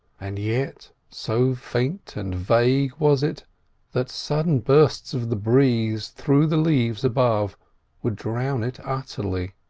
and yet so faint and vague was it that sudden bursts of the breeze through the leaves above would drown it utterly.